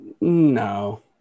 No